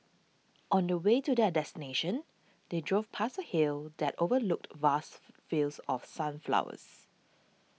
on the way to their destination they drove past a hill that overlooked vast fields of sunflowers